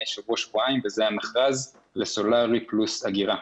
שבוע-שבועיים וזה המכרז לסולרי פלוס אגירה.